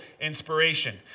inspiration